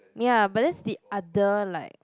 ya but that's the other like